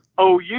OU